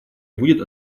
будет